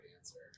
answer